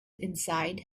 inside